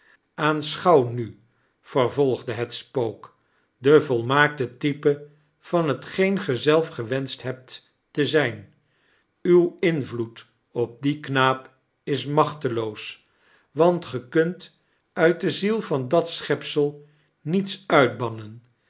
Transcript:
aanschouw nu vervolgde het spook de volmaakte type vain hetgeen ge zelf gewenscht hebt te zijn uw invloed op dien knaap is machteloos want ge kunt uit de ziel van dat schepsel niets uitbannen